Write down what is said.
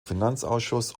finanzausschuss